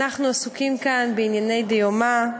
אנחנו עסוקים כאן בענייני דיומא,